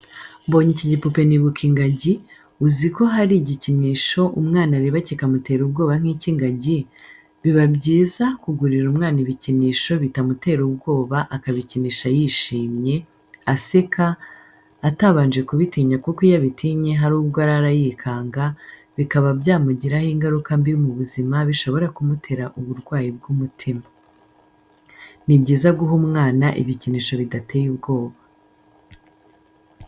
Mbonye iki gipupe nibuka ingagi, uzi ko hari igikinisho umwana areba kikamutera ubwoba nk'icy'ingagi, biba byiza kugurira umwana ibikinisho bitamutera ubwoba akabikinisha yishimye, aseka atabanje kubitinya kuko iyo abitinye hari ubwo arara yikanga bikaba byamugiraho ingaruka mbi mu buzima bishobora kumutera uburwayi bw'umutima. Ni byiza guha umwana ibikinisho bidateye ubwoba.